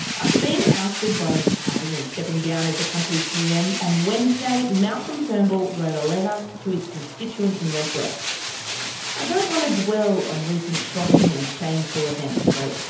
after being ousted by his party and stepping down as the country's pm, on wednesday malcolm turnbull wrote a letter to his constituents in wentworth i don't want to dwell on recent shocking and shameful events, he wrote.